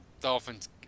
Dolphins